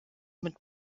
mit